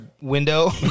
window